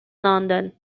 london